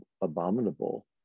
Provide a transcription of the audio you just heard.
abominable